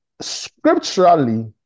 scripturally